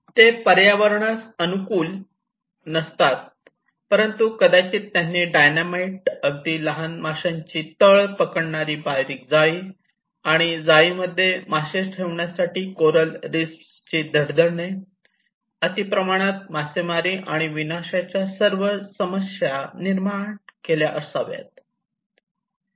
ते पर्यावरणास अनुकूल नसतात परंतु कदाचित त्यांनी डायनामाइट अगदी लहान माशांची तळ पकडणारी बारीक जाळी आणि जाळीमध्ये मासे ठेवण्यासाठी कोरल रीफ्सची धडधडणे अति प्रमाणात मासेमारी आणि विनाशाच्या सर्व समस्या निर्माण केल्या असाव्यात